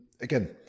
again